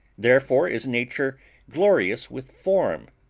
therefore is nature glorious with form,